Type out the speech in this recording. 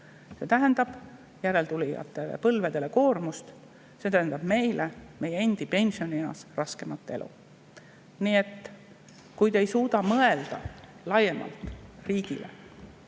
See tähendab koormust järeltulevatele põlvedele, see tähendab meile meie endi pensionieas raskemat elu. Nii et kui te ei suuda mõelda laiemalt riigile,